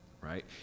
right